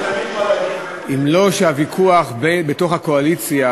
אם לא הוויכוח בתוך הקואליציה